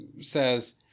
says